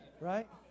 Right